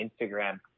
Instagram